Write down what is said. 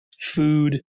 food